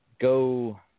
go